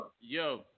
Yo